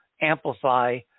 amplify